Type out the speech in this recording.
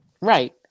Right